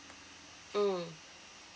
mm